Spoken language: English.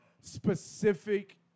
specific